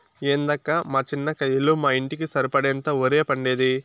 ఏందక్కా మా చిన్న కయ్యలో మా ఇంటికి సరిపడేంత ఒరే పండేది